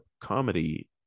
comedy